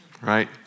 Right